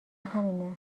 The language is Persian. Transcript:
همینه